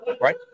right